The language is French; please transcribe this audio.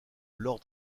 lord